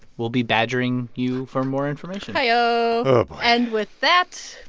we'll be badgering you for more information hi-yo oh, boy and with that,